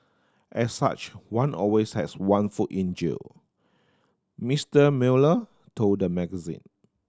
as such one always has one foot in jail Mister Mueller told the magazine